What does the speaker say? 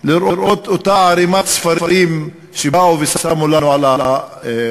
לראות את אותה ערימת ספרים שבאו ושמו לנו כאן,